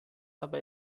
aber